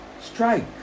Strike